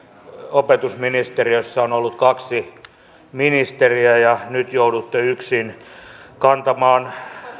opetusministeriössä on ollut kaksi ministeriä ja nyt joudutte yksin kantamaan